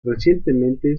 recientemente